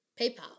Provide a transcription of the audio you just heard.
PayPal